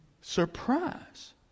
Surprise